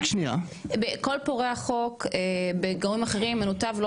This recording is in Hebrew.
כל פורעי החוק בגורמים אחרים מנותב לא